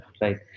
right